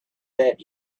that